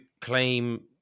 claim